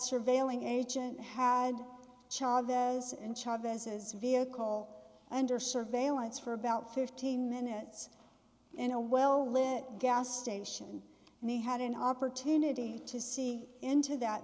surveilling agent had charges and charges his vehicle under surveillance for about fifteen minutes in a well lit gas station and he had an opportunity to see into that